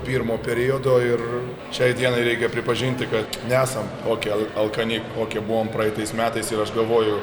to pirmo periodo ir šiai dienai reikia pripažinti kad nesam tokie al alkani kokie buvom praeitais metais ir aš galvoju